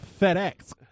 FedEx